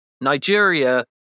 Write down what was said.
Nigeria